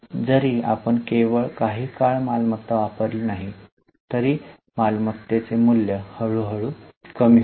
जरी आपण केवळ काही काळ मालमत्ता वापरली नाही तरीही मालमत्ता मूल्य हळूहळू कमी होते